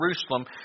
Jerusalem